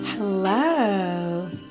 Hello